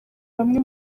bamwe